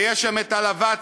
ויש שם את ה"לוואצה",